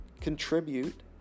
contribute